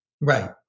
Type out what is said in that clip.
Right